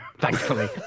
thankfully